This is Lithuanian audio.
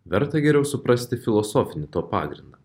verta geriau suprasti filosofinį to pagrindą